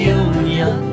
union